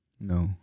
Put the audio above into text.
No